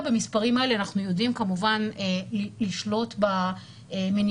אני תמיד שמח לפגוש בכם בימי